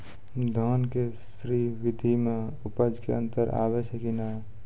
धान के स्री विधि मे उपज मे अन्तर आबै छै कि नैय?